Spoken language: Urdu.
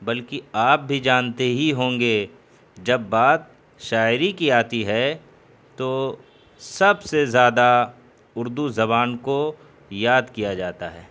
بلکہ آپ بھی جانتے ہی ہوں گے جب بات شاعری کی آتی ہے تو سب سے زیادہ اردو زبان کو یاد کیا جاتا ہے